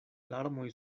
larmoj